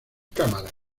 cámaras